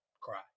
cry